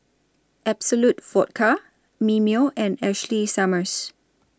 Absolut Vodka Mimeo and Ashley Summers